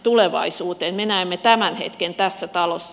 me näemme tämän hetken tässä talossa